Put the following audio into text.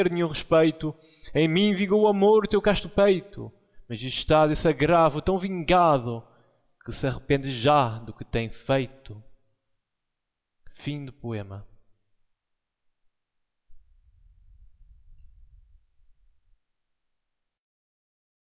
nenhum respeito em mim vingou o amor teu casto peito mas está desse agravo tão vingado que se arrepende já do que tem feito foi